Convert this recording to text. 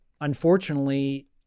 unfortunately